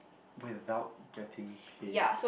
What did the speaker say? without getting paid